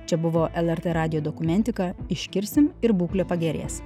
čia buvo lrt radijo dokumentika iškirsim ir būklė pagerės